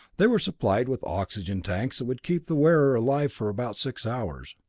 they were supplied with oxygen tanks that would keep the wearer alive for about six hours.